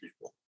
people